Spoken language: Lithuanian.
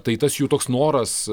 tai tas jų toks noras